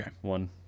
one